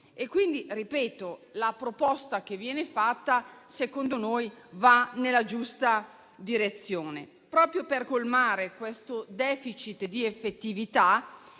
quindi che la proposta fatta, secondo noi, va nella giusta direzione. Proprio per colmare questo *deficit* di effettività,